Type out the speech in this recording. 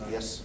Yes